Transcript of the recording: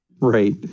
right